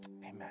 Amen